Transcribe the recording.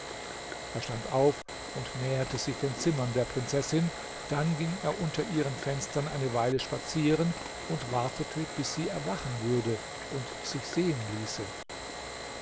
er stand auf und näherte sich den zimmern der prinzessin dann ging er unter ihren fenstern eine weile spazieren und wartete bis sie erwachen würde und sich sehen ließe